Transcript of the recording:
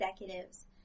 executives